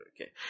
Okay